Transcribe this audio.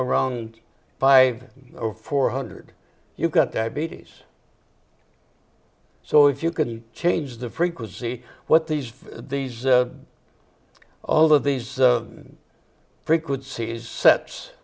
around five or four hundred you've got diabetes so if you can change the frequency what these these all of these frequencies se